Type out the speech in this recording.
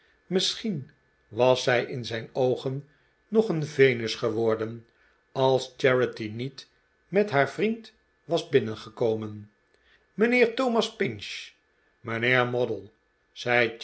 misischien was zij in zijn oog nog een venus geworden als charity niet met haar vriend was binnengekomen mijnheer thomas pinch mijnheer moddle